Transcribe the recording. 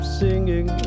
singing